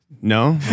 No